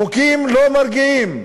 חוקים לא מרגיעים.